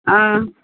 ஆ